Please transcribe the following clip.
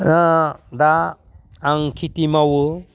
दा आं खेथि मावो